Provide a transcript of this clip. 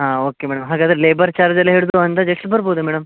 ಹಾಂ okay madam ಹಾಗಾದ್ರೆ labour charge ಎಲ್ಲ ಹಿಡಿದು ಅಂದಾಜು ಎಷ್ಟು ಬರ್ಬೋದು ಮೇಡಮ್